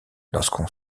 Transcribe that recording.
lorsqu’on